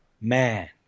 man